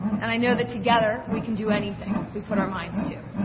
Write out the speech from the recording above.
and i know that together, we can do anything we put our minds to.